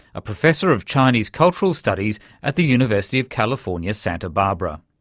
a professor of chinese cultural studies at the university of california, santa barbara.